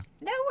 no